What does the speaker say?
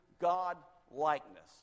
God-likeness